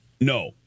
No